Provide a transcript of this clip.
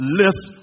lift